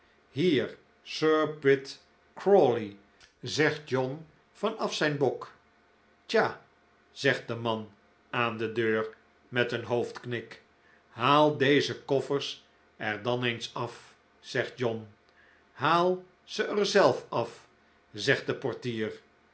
sir pitt crawley zegt john van af zijn bok tja zegt de man aan de deur met een hoofdknik haal deze koffers er dan eens af zegt john haal ze er zelf af zegt de portier